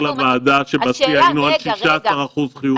אני רוצה להזכיר לוועדה שבשיא היינו על 16% חיובי,